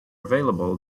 available